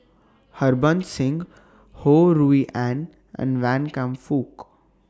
Harbans Singh Ho Rui An and Wan Kam Fook